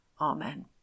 Amen